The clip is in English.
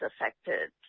affected